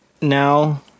now